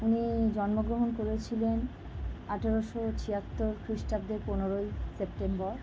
উনি জন্মগ্রহণ করেছিলেন আঠেরোশো ছিয়াত্তর খ্রিস্টাব্দের পনেরোই সেপ্টেম্বর